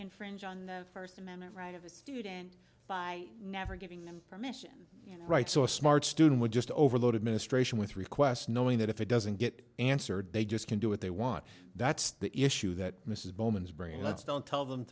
infringe on the first amendment right of a student by never giving them permission you know right so a smart student would just overloaded ministration with requests knowing that if it doesn't get answered they just can do what they want that's the issue that mrs bowman's brain let's don't tell them